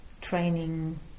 training